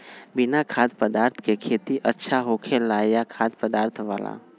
बिना खाद्य पदार्थ के खेती अच्छा होखेला या खाद्य पदार्थ वाला?